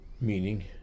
Meaning